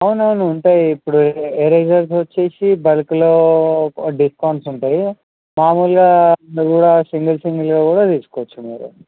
అవును అవును ఉంటాయి ఇప్పుడు ఎరైజర్స్ వచ్చేసి బల్క్లో డిస్కౌంట్స్ ఉంటాయి మాముల్గా ఇవి కూడా సింగిల్ సింగిల్గా కూడా తీసుకోవచ్చు